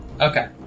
Okay